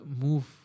move